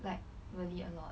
like really a lot